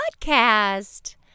podcast